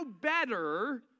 better